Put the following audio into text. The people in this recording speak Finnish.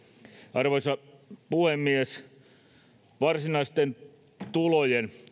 arvoisa puhemies varsinaisten tulojen